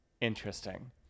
Interesting